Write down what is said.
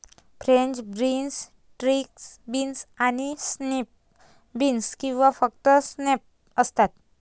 French beans, string beans आणि snap beans किंवा फक्त स्नॅप्स असतात